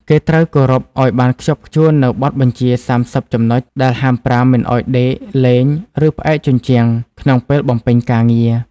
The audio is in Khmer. គេត្រូវគោរពឱ្យបានខ្ជាប់ខ្ជួននូវបទបញ្ជាសាមសិបចំណុច ដែលហាមប្រាមមិនឱ្យដេក លេង ឬផ្អែកជញ្ជាំងក្នុងពេលបំពេញការងារ។